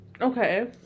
Okay